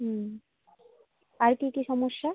হুম আর কী কী সমস্যা